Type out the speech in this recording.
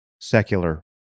secular